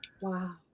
wow